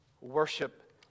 worship